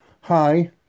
Hi